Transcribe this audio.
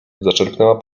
zaczerpnęła